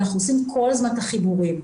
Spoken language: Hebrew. אנחנו עושים כל הזמן את החיבורים.